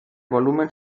volumen